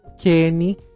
Kenny